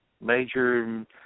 major